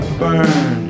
burn